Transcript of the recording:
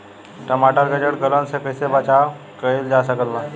टमाटर के जड़ गलन से कैसे बचाव कइल जा सकत बा?